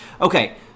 Okay